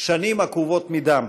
שנים עקובות מדם,